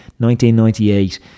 1998